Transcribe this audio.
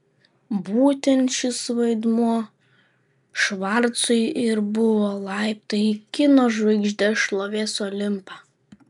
būtent šis vaidmuo švarcui ir buvo laiptai į kino žvaigždės šlovės olimpą